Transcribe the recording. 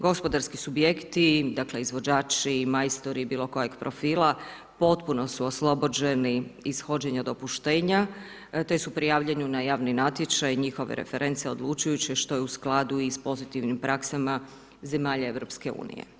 Gospodarski subjekti, dakle, izvođači, majstori, bilo kojeg profila, potpuno su oslobođeni ishođena dopuštenja, te su prijavljeni na javni natječaj, njihove reference odlučujući što je u skladu i s pozitivnim praksama zemalja EU.